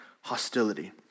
hostility